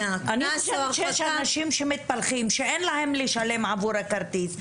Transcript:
יש אנשים שמתפלחים ואין ביכולתם לשלם עבור הכרטיס.